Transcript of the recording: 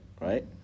right